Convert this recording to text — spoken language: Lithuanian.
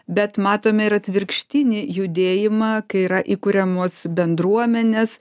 bet matome ir atvirkštinį judėjimą kai yra įkuriamos bendruomenės